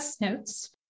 notes